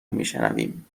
میشنویم